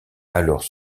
alors